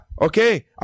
okay